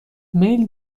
میل